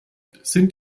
sind